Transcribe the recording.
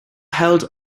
held